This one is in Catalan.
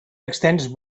extens